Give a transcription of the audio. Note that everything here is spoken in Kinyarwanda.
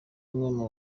bamwe